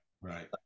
right